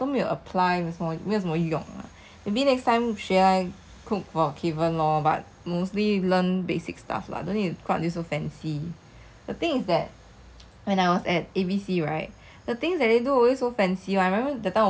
所以哦他一出来他 cool down 他就会塌掉了 so it just make me feel like !aiya! 学这样多 right 都没有 apply 没有什么用 maybe next time 学来 cook for keven lor but mostly learn basic stuffs lah don't need to cook until so fancy